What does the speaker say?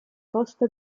costa